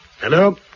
Hello